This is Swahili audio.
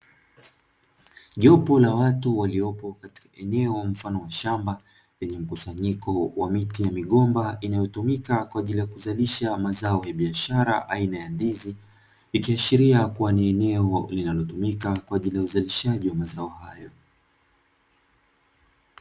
Jopo la watu waliopo katika eneo mfano wa shamba lenye mkusanyiko wa miti ya migomba, inayotumika kwa ajili ya kuzalisha mazao ya biashara aina ya ndizi, ikiashiria kuwa ni eneo linalotumika kwa ajili ya uzalishaji wa mazao hayo.